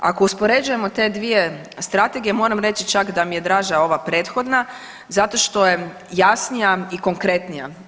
Ako uspoređujem te dvije strategije moram reći čak da mi je draža ova prethodna zato što je jasnija i konkretnija.